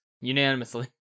unanimously